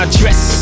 dress